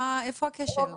איפה הכשל?